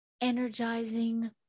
Energizing